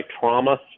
trauma